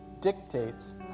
dictates